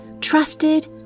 trusted